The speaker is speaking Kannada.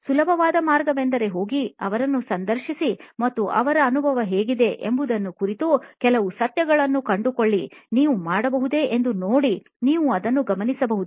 ಸುಲಭವಾದ ಮಾರ್ಗವೆಂದರೆ ಹೋಗಿ ಅವರನ್ನು ಸಂದರ್ಶಿಸಿ ಮತ್ತುಅವರ ಅನುಭವ ಹೇಗಿದೆ ಎಂಬುದರ ಕುರಿತು ಕೆಲವು ಸತ್ಯಗಳನ್ನು ತಿಳಿದುಕೊಳ್ಳಿ ನೀವು ಮಾಡಬಹುದೇ ಎಂದು ನೋಡಿ ಮತ್ತು ನೀವು ಅದನ್ನು ಗಮನಿಸಬಹುದು